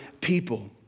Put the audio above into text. people